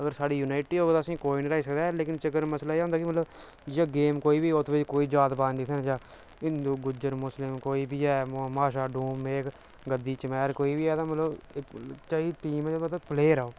अगर स्हाड़ी यूनाइटी होग तां असेंगी कोई नेईं हराई सकदा ऐ लेकिन चक्कर मसला ऐ होंदा के मतलब जियां गेम कोई बी होऐ ओह्दे च कोई जात पात नेईं दिक्खना चाहिदा हिन्दू गुज्जर मुस्लिम कोई बी ऐ महाशा डोम मेघ गद्दी चमैर कोई बी ऐ एह्दा मतलब जेह्की टीम ऐ मतलब प्लेयर ऐ ओह्